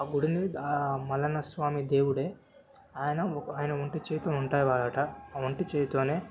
ఆ గుడిని ఆ మల్లన్న స్వామి దేవుడే ఆయన ఆయన వంటి చేతి ఉంటాయవట ఆ వంటి చెయితోనే